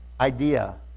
idea